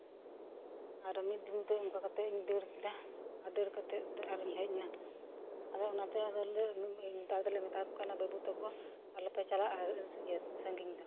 ᱟᱨᱚ ᱢᱤᱫ ᱫᱤᱱ ᱫᱚ ᱚᱝᱠᱟ ᱠᱟᱛᱮᱫ ᱤᱧ ᱫᱟᱹᱲ ᱠᱮᱫᱟ ᱫᱟᱹᱲ ᱠᱟᱛᱮᱫ ᱫᱚ ᱟᱨᱤᱧ ᱦᱮᱡ ᱮᱱᱟ ᱟᱫᱚ ᱚᱱᱟ ᱛᱮ ᱟᱫᱚ ᱞᱮ ᱱᱮᱛᱟᱨ ᱫᱚᱞᱮ ᱢᱮᱛᱟᱣᱟᱠᱚ ᱠᱟᱱᱟ ᱵᱟᱹᱵᱩ ᱛᱟᱠᱚ ᱟᱞᱚᱯᱮ ᱪᱟᱞᱟᱜᱼᱟ ᱤᱭᱟᱹ ᱥᱟᱺᱜᱤᱧ ᱫᱚ